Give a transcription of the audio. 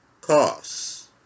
costs